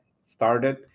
started